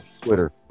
Twitter